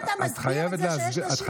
איך אתה מסביר את זה שיש נשים חרדיות,